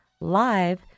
live